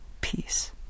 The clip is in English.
peace